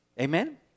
Amen